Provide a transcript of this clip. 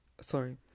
sorry